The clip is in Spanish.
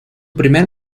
primer